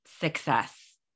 success